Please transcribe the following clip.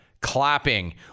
Clapping